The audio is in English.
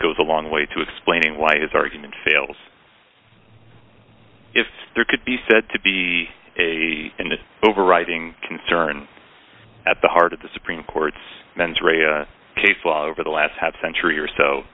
goes a long way to explaining why his argument fails if there could be said to be a and overriding concern at the heart of the supreme court's mens rea case law over the last half century or so